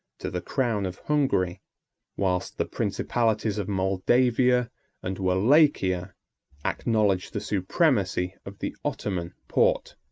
to the crown of hungary whilst the principalities of moldavia and wallachia acknowledge the supremacy of the ottoman porte.